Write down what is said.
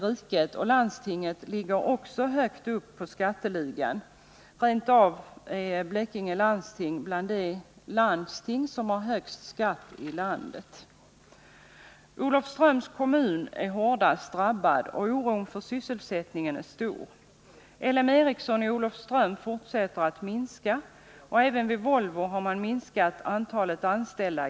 Blekinge landsting hör till de landsting som leder skatteligan och är rentav ett av de landsting som har den högsta skatten i landet. Olofströms kommun är den hårdast drabbade kommunen, och oron för sysselsättningen är stor. L M Ericsson i Olofström fortsätter att minska antalet anställda.